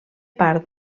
part